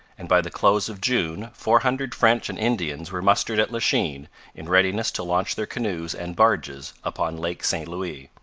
and by the close of june four hundred french and indians were mustered at lachine in readiness to launch their canoes and barges upon lake st louis.